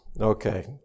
Okay